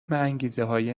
انگیزههای